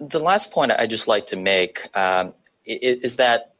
the last point i'd just like to make is that